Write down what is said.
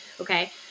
Okay